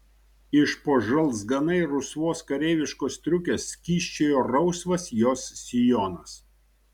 iš po žalzganai rusvos kareiviškos striukės kyščiojo rausvas jos sijonas